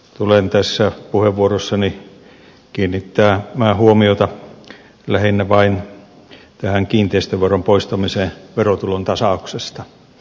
tulen tässä puheenvuorossani kiinnittämään huomiota lähinnä vain tähän kiinteistöveron poistamiseen verotulontasauksesta